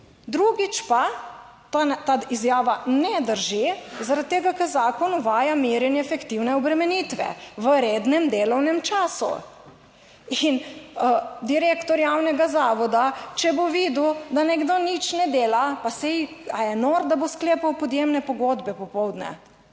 Drugič pa ta izjava ne drži, zaradi tega, ker zakon uvaja merjenje fiktivne obremenitve v rednem delovnem času. In direktor javnega zavoda, če bo videl, da nekdo nič ne dela, pa saj, ali je nor, da bo sklepal podjemne pogodbe popoldne.